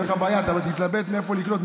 תהיה לך בעיה ותתלבט מאיפה לקנות,